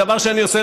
דבר שאני עושה,